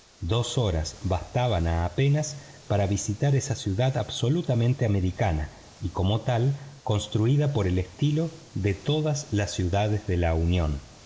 dos horas bastaban apenas para visitar esa ciudad completamente americana y como tal construida por el estilo de todas las ciudades de la unión